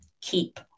keep